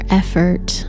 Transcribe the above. effort